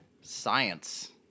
Science